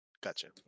Gotcha